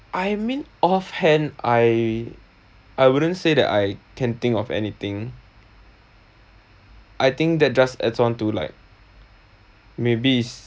I mean off hand I I wouldn't say that I can think of anything I think that just adds on to like maybe is